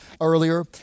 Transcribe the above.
earlier